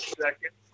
second